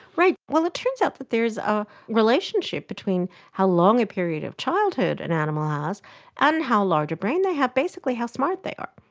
well, it turns out that there is a relationship between how long a period of childhood an animal has and how large a brain they have, basically how smart they are.